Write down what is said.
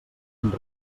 ens